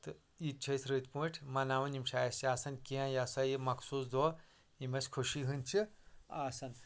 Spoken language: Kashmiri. تہٕ یہِ تہِ چھِ أسۍ رٔتۍ پٲٹھۍ مَناوَان یِم چھِ اَسہِ آسَان کینٛہہ یہِ ہَسا یہِ مخصوٗص دۄہ یِم اَسہِ خوشی ہٕنٛدۍ چھِ آسَان